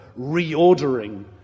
reordering